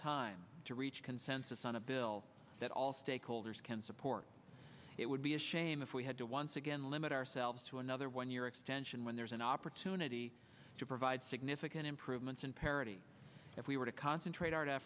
time to reach consensus on a bill that all stakeholders can support it would be a shame if we had to once again limit ourselves to another one year extension when there's an opportunity to provide significant improvements in parity if we were to concentrate